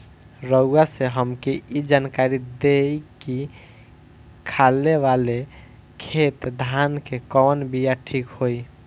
रउआ से हमके ई जानकारी देई की खाले वाले खेत धान के कवन बीया ठीक होई?